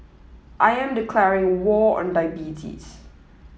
I am declaring war on diabetes